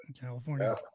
California